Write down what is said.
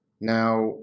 Now